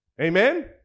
Amen